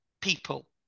people